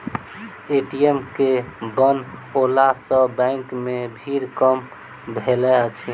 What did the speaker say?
ATM के बनओला सॅ बैंक मे भीड़ कम भेलै अछि